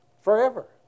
Forever